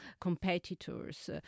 competitors